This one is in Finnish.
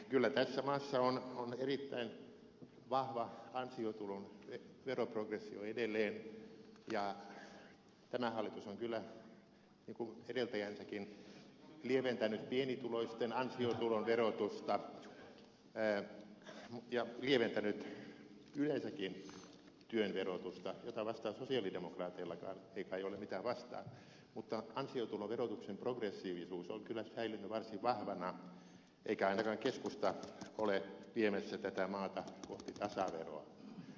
kyllä tässä maassa on erittäin vahva ansiotulon veroprogressio edelleen ja tämä hallitus on kyllä niin kuin edeltäjänsäkin lieventänyt pienituloisten ansiotulon verotusta ja lieventänyt yleensäkin työn verotusta mitä vastaan sosialidemokraateillakaan ei kai ole mitään mutta ansiotuloverotuksen progressiivisuus on kyllä säilynyt varsin vahvana eikä ainakaan keskusta ole viemässä tätä maata kohti tasaveroa